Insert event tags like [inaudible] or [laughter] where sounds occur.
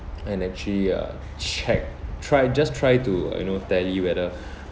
and actually uh check try just try to you know tally whether [breath]